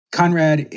conrad